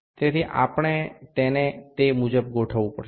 তাই আমাদের এটি অনুসারে ঠিক করতে হবে